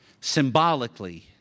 symbolically